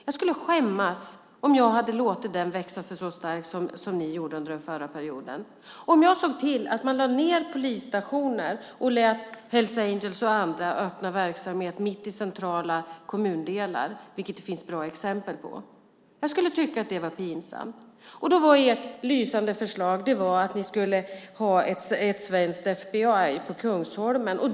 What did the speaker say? Jag skulle skämmas om jag lät den växa sig så stark som ni lät den växa under förra perioden. Om jag såg till att man lade ned polisstationer och lät Hells Angels och andra öppna verksamhet i centrala kommundelar, vilket det finns bra exempel på, skulle jag tycka att det var pinsamt. Ert lysande förslag var att ha ett svenskt FBI på Kungsholmen.